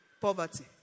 poverty